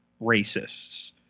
racists